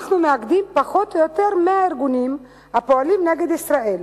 אנחנו מאגדים פחות או יותר 100 ארגונים הפועלים נגד ישראל,